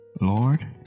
Lord